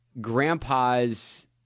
grandpa's